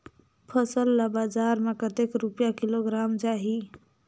फसल ला बजार मां कतेक रुपिया किलोग्राम जाही?